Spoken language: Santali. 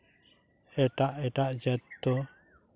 ᱮᱴᱟᱜ ᱮᱴᱟᱜ ᱡᱟᱹᱛ ᱫᱚ